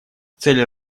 цель